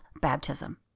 Baptism